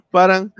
Parang